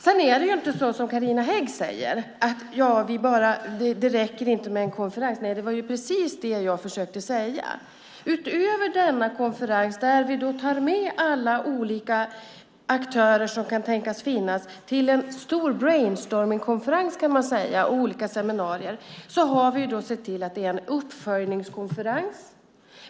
Sedan säger Carina Hägg att det inte räcker med en konferens. Nej, det var precis det som jag försökte säga. Utöver denna konferens, där vi tar med alla olika aktörer som kan tänkas finnas till en stor brainstormingkonferens och olika seminarier, har vi sett till att det är en uppföljningskonferens.